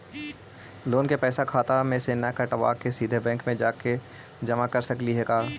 Loan के पैसा खाता मे से न कटवा के सिधे बैंक में जमा कर सकली हे का?